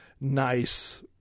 nice